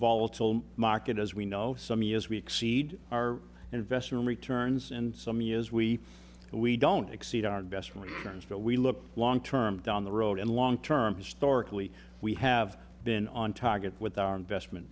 volatile market as we know as we exceed our investment returns and some years we we don't exceed our best returns but we look long term down the road and long term historically we have been on target with our investment